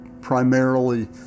primarily